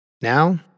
Now